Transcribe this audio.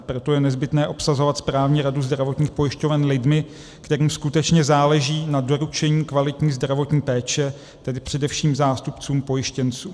Proto je nezbytné obsazovat správní radu zdravotních pojišťoven lidmi, kterým skutečně záleží na doručení kvalitní zdravotní péče, tedy především zástupcům pojištěnců.